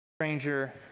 stranger